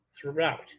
throughout